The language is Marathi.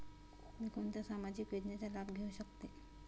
मी कोणत्या सामाजिक योजनेचा लाभ घेऊ शकते?